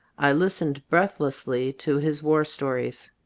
i listened breathlessly to his war stories.